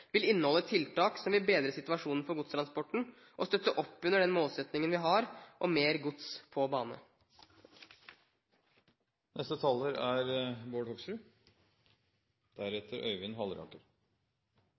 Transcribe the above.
vil inneholde tiltak som vil bedre situasjonen for godstransporten og støtte opp under den målsettingen vi har om mer gods på